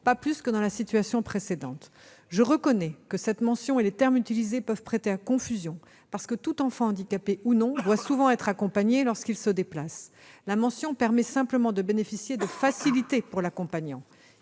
pas plus que dans la situation précédente. Je reconnais que cette mention et les termes utilisés peuvent prêter à confusion parce que tout enfant, handicapé ou non, doit souvent être accompagné lorsqu'il se déplace. La mention permet simplement de bénéficier de facilités pour l'accompagnant.